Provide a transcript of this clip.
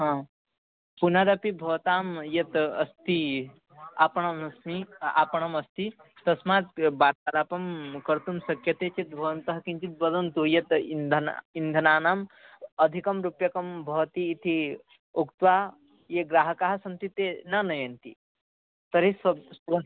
पुनरपि भवतां यत् अस्ति आपणमस्मि आपणम् अस्ति तस्मात् वार्तालापं कर्तुं शक्यते चेत् भवन्तः किञ्चित् वदन्तु यत् इन्धनं इन्धनानाम् अधिकं रूप्यकं भवतीति उक्त्वा ये ग्राहकाः सन्ति ते न नयन्ति तर्हि